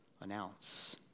announce